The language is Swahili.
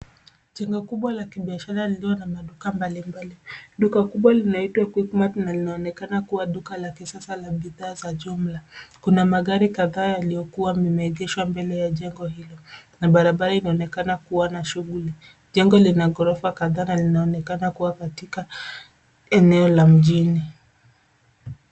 Jengo kubwa la kibiashara lilo na maduka mbalimbali. Duka kubwa linaitwa Quickmart na linaonekana kuwa duka la kisasa la bidhaa za jumla. Kuna magari kadhaa yaliyokuwa mmeegeshwa mbele ya jengo hilo na barabara imeonekana kuwa na shughuli nyingi. Jengo lina ghorofa kadhaa na linaonekana kuwa katika eneo la mjini.